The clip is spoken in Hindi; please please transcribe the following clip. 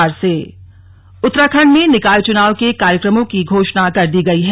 स्लग निकाय चुनाव उत्तराखंड में निकाय चुनाव के कार्यक्रमों की घोषणा कर दी गई है